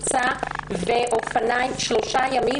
ריצה ושחייה במשך שלושה ימים,